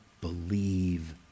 believe